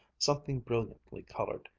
something brilliantly colored,